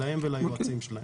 להם וליועצים שלהם.